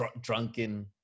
drunken